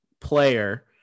player